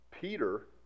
Peter